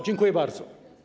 Dziękuję bardzo.